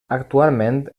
actualment